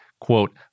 quote